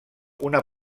una